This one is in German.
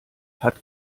hat